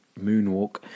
moonwalk